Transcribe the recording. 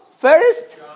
First